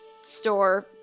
store